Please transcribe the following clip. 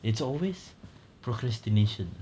it's always procrastination